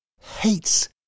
hates